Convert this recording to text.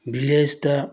ꯚꯤꯂꯦꯖꯇ